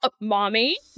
mommy